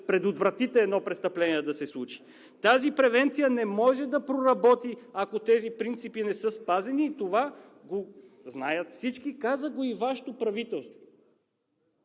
предотвратите да се случи едно престъпление. Тази превенция не може да проработи, ако тези принципи не са спазени – и това го знаят всички, каза го и Вашето правителство!